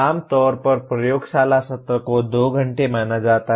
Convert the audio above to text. आम तौर पर प्रयोगशाला सत्र को 2 घंटे माना जाता है